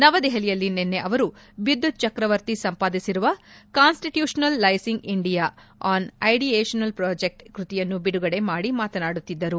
ನವದೆಹಲಿಯಲ್ಲಿ ನಿನ್ನೆ ಅವರು ಬಿದ್ಯುತ್ ಚಕ್ರವರ್ತಿ ಸಂಪಾದಿಸಿರುವ constitutionalizing India an ideational project ಕೃತಿಯನ್ನು ಬಿಡುಗಡೆ ಮಾಡಿ ಮಾತನಾಡುತ್ತಿದ್ದರು